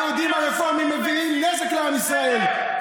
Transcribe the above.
היהודים הרפורמים מביאים נזק לעם ישראל.